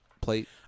plate